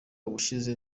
ubushize